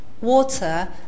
water